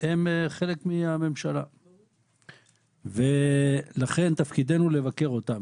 הן חלק מהממשלה ולכן תפקידנו לבקר אותן,